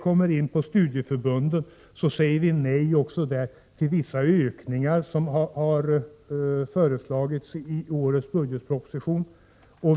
Kommer vi in på studieförbunden har vi där sagt nej till vissa ökningar som har föreslagits i årets budgetproposition.